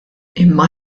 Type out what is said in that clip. imma